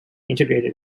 integrated